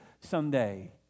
someday